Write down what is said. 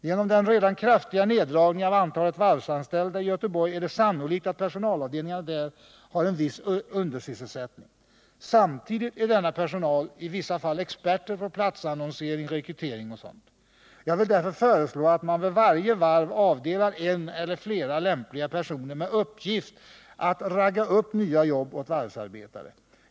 Genom den redan kraftiga neddragningen av antalet varvsanställda i Göteborg är det sannolikt, att personalavdelningarna där har en viss undersysselsättning. Samtidigt är denna personal i vissa fall experter på platsannonsering, rekrytering och sådant. Jag vill därför föreslå, att man vid varje varv avdelar en eller flera lämpliga personer med uppgift att ”ragga upp” nya jobb åt varvsarbetare.